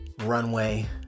runway